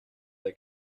they